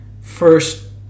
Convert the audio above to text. first